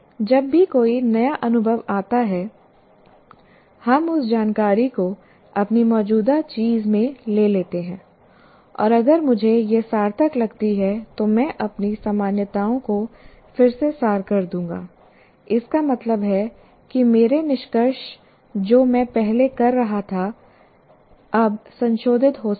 जब भी कोई नया अनुभव आता है हम उस जानकारी को अपनी मौजूदा चीज़ में ले लेते हैं और अगर मुझे यह सार्थक लगती है तो मैं अपनी सामान्यताओं को फिर से सार कर दूंगा इसका मतलब है कि मेरे निष्कर्ष जो मैं पहले कर रहा था अब संशोधित हो सकता है